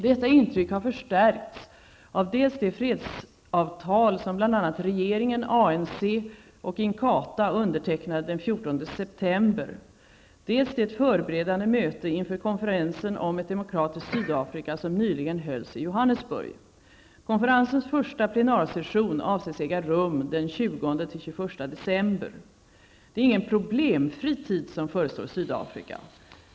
Detta intryck har förstärkts av dels det fredsavtal som bl.a. regeringen, ANC och Inkatha undertecknade den 14 september, dels det förberedande möte inför konferensen om ett demokratiskt Sydafrika, som nyligen hölls i Johannesburg. Konferensens första plenarsession avses äga rum den 20--21 december. Det är ingen problemfri tid som förestår i Sydafrika.